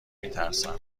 میترسم